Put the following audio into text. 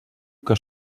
que